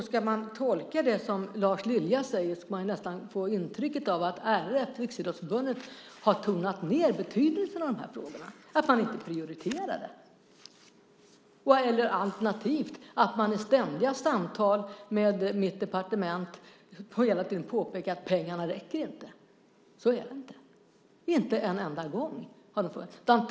Ska man tolka det som Lars Lilja säger får man nästan ett intryck av att RF, Riksidrottsförbundet, har tonat ned de här frågornas betydelse och inte prioriterar dem, alternativt att man i ständiga samtal med mitt departement hela tiden påpekar att pengarna inte räcker. Så är det inte. Inte en enda gång har det funnits med.